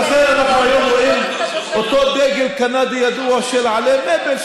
ולכן אנחנו היום רואים את אותו דגל קנדי ידוע של עלה מייפל,